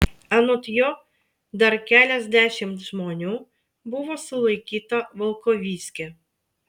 anot jo dar keliasdešimt žmonių buvo sulaikyta volkovyske